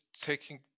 taking